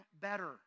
better